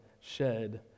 shed